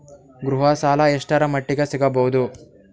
ಗೃಹ ಸಾಲ ಎಷ್ಟರ ಮಟ್ಟಿಗ ಸಿಗಬಹುದು?